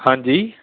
ਹਾਂਜੀ